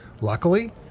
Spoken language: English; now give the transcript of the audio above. Luckily